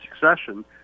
succession